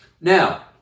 Now